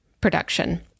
production